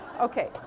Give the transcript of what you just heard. Okay